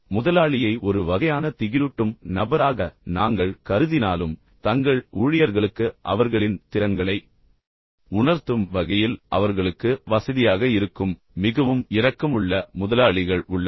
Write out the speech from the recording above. முதலாளியை ஒரு வகையான திகிலூட்டும் நபராக நாங்கள் கருதினாலும் எனவே தங்கள் ஊழியர்களுக்கு அவர்களின் திறன்களை உணர்த்தும் வகையில் அவர்களுக்கு வசதியாக இருக்கும் மிகவும் இரக்கமுள்ள முதலாளிகள் உள்ளனர்